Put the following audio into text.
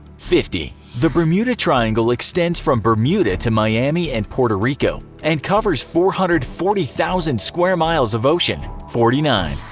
fifty. the bermuda triangle extends from bermuda to miami and puerto rico, and covers four hundred and forty thousand square miles of ocean. forty nine.